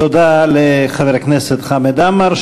תודה לחבר הכנסת חמד עמאר.